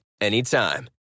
anytime